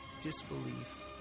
disbelief